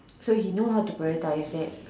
so he know how to prioritize that